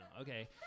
Okay